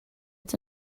it’s